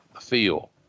feel